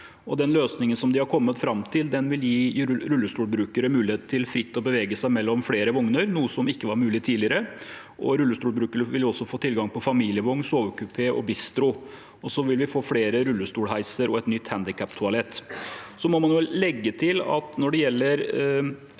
løsningen de har kommet fram til, vil gi rullestolbrukere mulighet til fritt å bevege seg mellom flere vogner, noe som ikke var mulig tidligere. Rullestolbrukere vil også få tilgang på familievogn, sovekupé og bistro. Vi vil også få flere rullestolheiser og et nytt handikaptoalett.